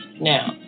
Now